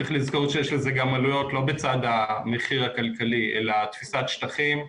צריך לזכור שיש לזה גם עלויות לא בצד המחיר הכלכלי אלא תפיסת שטחים.